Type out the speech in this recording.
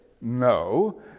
no